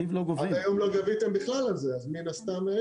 עד היום לא גביתם בכלל על זה, אז מן הסתם.